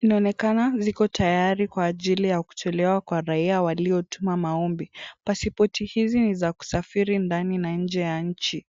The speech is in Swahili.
inaonekana ziko tayari kwa ajili ya kuchelewa kwa raia walio tuma maombi. Pasipoti hizi ni za kusafiri ndani na nje ya nchi.